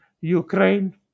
ukraine